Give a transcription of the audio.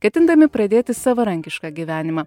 ketindami pradėti savarankišką gyvenimą